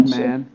man